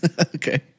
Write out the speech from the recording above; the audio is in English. Okay